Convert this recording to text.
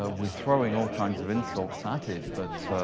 ah we're throwing all kinds of insults at it, but